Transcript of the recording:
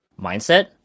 mindset